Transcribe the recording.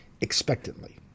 expectantly